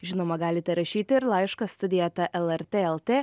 žinoma galite rašyti ir laišką studija eta lrt lt